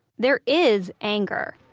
there is anger,